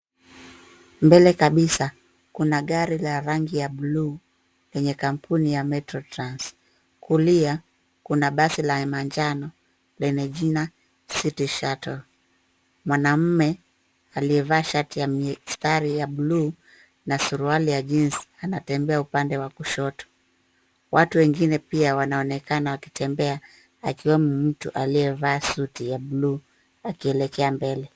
Mbele kabisa, kuna gari la rangi ya buluu lenye kampuni ya Metro Trans . Kulia, kuna basi la manjano lenye jina City Shuttle . Mwanamume aliyevaa shati ya mistari ya buluu na suruali ya jeans anatembea upande wa kushoto. Watu wengine pia wanaonekana wakitembea akiwemo mtu aliyevaa suti ya buluu akielekea mbele.